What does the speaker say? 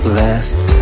left